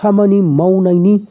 खामानि मावनायनि